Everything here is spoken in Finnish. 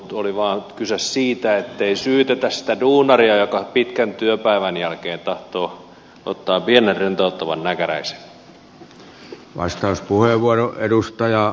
oli vaan kyse siitä ettei syytetä sitä duunaria joka pitkän työpäivän jälkeen tahtoo ottaa pienen rentouttavan näkäräisen